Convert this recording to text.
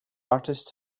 artist